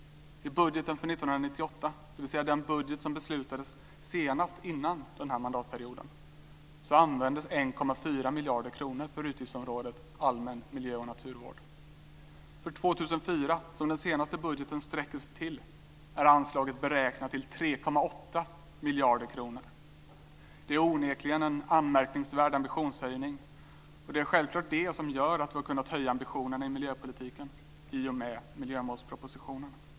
I budgeten för 1998, dvs. den budget som beslutades senast innan den här mandatperioden, användes 1,4 miljarder kronor för utgiftsområdet Allmän miljö och naturvård. För 2004, som den senaste budgeten sträcker sig till, är anslaget beräknat till 3,8 miljarder kronor. Det är onekligen en anmärkningsvärd ambitionshöjning, och det är självklart det som gör att vi har kunnat höja ambitionen i miljöpolitiken i och med miljömålspropositionen.